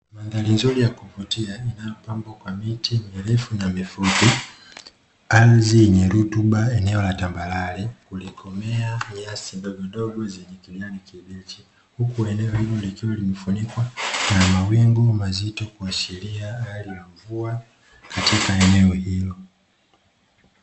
Mandhari ya kuvutia inayopambwa kwa miti mirefu na mifupi, ardhi yenye rutuba eneo la tambarare kumemea nyasi ndogo ndogo za kiajani kibichi, huku eneo hilo liliwa limefunikwa na mawingu mazito kuashiria hali ya mvua katika eneo hilo.